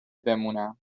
بمونم